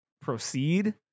proceed